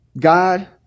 God